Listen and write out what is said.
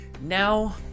Now